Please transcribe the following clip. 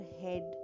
head